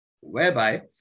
Whereby